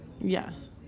Yes